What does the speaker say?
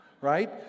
Right